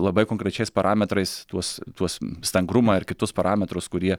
labai konkrečiais parametrais tuos tuos stangrumą ir kitus parametrus kurie